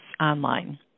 online